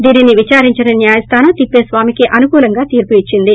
దీనిని విచారించిన న్యాయస్థానం తిప్పిస్వామికి అనుకూలంగా తీర్పు ఇచ్చింది